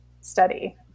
study